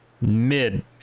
Mid